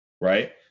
right